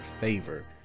favor